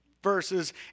verses